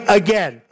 again